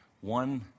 one